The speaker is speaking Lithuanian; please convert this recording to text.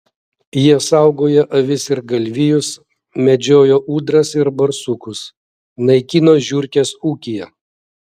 jis saugojo avis ir galvijus medžiojo ūdras ir barsukus naikino žiurkes ūkyje